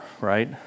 right